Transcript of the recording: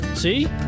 See